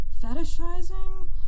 fetishizing